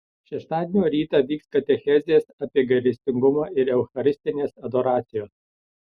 šeštadienio rytą vyks katechezės apie gailestingumą ir eucharistinės adoracijos